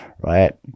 Right